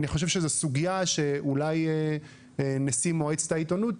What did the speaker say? אני חושב שזו סוגיה שאולי נשיא מועצת העיתונות,